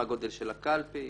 מה הגודל של הקלפי?